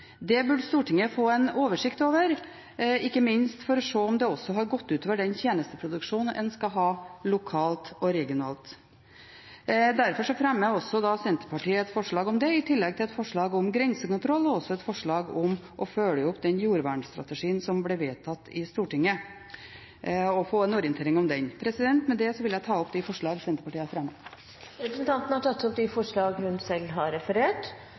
Det burde Stortinget få en oversikt over, ikke minst for å se om det også har gått ut over den tjenesteproduksjonen en skal ha lokalt og regionalt. Derfor fremmer også Senterpartiet et forslag om det, i tillegg til et forslag om grensekontroll og et forslag om å følge opp den jordvernstrategien som ble vedtatt i Stortinget, og å få en orientering om den. Med det vil jeg ta opp de forslag Senterpartiet har fremmet. Representanten Marit Arnstad har tatt opp de forslagene hun refererte til. Det har